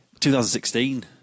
2016